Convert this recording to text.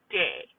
day